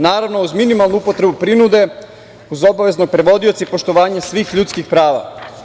Naravno, uz minimalnu upotrebu prinude, uz obaveznog prevodioca i poštovanje svih ljudskih prava.